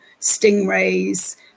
stingrays